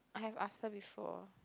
I have asked her before